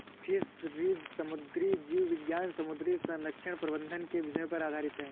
fisheries समुद्री जीव विज्ञान समुद्री संरक्षण प्रबंधन के विषयों पर आधारित है